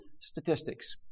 statistics